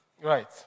Right